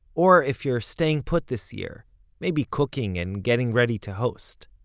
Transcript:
or if you're staying put this year maybe cooking and getting ready to host.